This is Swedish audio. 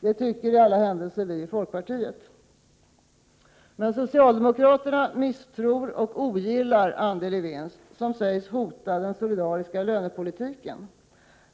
Det tycker i alla händelser vi i folkpartiet. Men socialdemokraterna misstror och ogillar andel-i-vinst, som sägs hota den solidariska lönepolitiken.